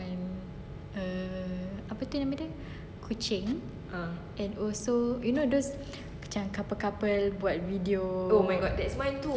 uh apa tu apa tu kucing and also you know those macam couple couple buat video